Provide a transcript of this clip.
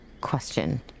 question